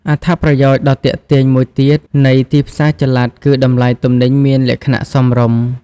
អត្ថប្រយោជន៍ដ៏ទាក់ទាញមួយទៀតនៃទីផ្សារចល័តគឺតម្លៃទំនិញមានលក្ខណៈសមរម្យ។